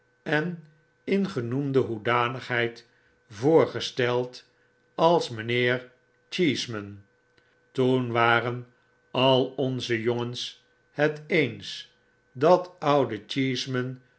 en in genoemde hoedanigheid voorgesteld als mijnheer ce toen waren al onze jongens het eens dat oude